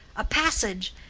a passage,